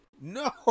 no